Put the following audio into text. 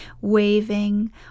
waving